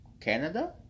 Canada